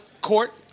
court